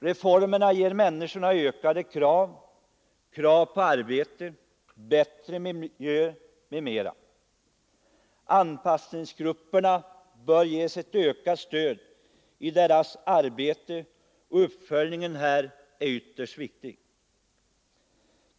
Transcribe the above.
Reformerna ger människorna ökade möjligheter att ställa krav — krav på arbete, på bättre miljö m.m. Anpassningsgrupperna bör ges ökat stöd i sitt arbete. Uppföljningen här är ytterst viktig.